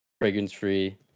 fragrance-free